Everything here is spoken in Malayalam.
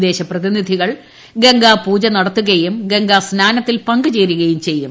വിദേശ പ്രതിനിധികൾ ഗംഗാ പൂജ നടത്തുകയും സംഗമ സ്നാനത്തിൽ പങ്കുചേരുകയും ചെയ്യും